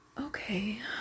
Okay